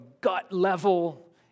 gut-level